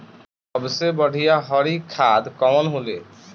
सबसे बढ़िया हरी खाद कवन होले?